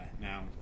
now